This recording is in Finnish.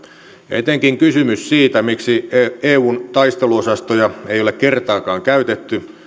etenkin kysymys siitä miksi eun taisteluosastoja ei ole kertaakaan käytetty